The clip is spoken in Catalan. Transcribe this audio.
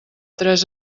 tres